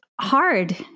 hard